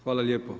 Hvala lijepo.